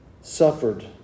suffered